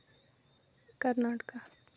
Karnataka